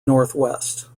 northwest